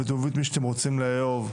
ותאהבו את מי שאתם רוצים לאהוב.